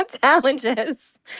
challenges